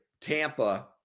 Tampa